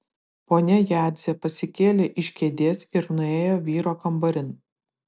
ponia jadzė pasikėlė iš kėdės ir nuėjo vyro kambarin